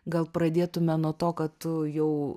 gal pradėtume nuo to kad tu jau